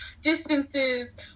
distances